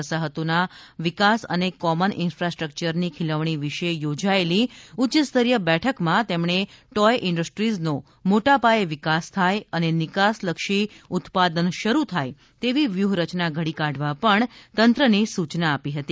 વસાહતોના વિકાસ અને કોમન ઇન્ફાસ્ટ્રક્ચરની ખીલવણી વિષે યોજાયેલી ઉચ્યસ્તરીય બેઠકમાં તેમણે ટોય ઇન્ડસ્ટ્રીનો મોટાપાયે વિકાસ થાય અને નિકાસલક્ષી ઉત્પાદનશરૂ થાય તેવી વ્યૂહરચના ઘડી કાઢવા પણ તંત્રને સૂચના આપી હતી